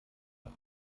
hat